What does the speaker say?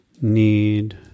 need